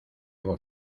hago